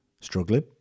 struggling